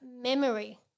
memory